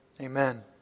Amen